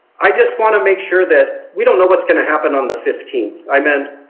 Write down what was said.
i just want to make sure that we don't know what is going to happen on the fifteenth. i mean and